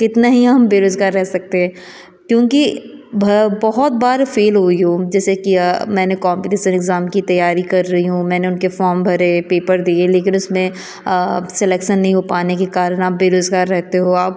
कितना ही हम बेरोज़गार रह सकते हैं क्योंकि बह बहुत बार फे़ल हुई हूँ जैसे कि मैंने कॉम्पिटीसन एग्जाम की तैयारी कर रही हूँ मैंने उनके फॉर्म भरे पेपर दिए लेकिन उसमें अब सेलेक्सन नहीं हो पाने के कारण आप बेरोज़गार रहते हो आप